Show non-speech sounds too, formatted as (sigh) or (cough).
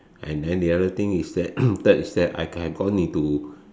and then the other thing is that (coughs) third is that I've I've gone into